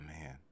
man